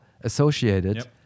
associated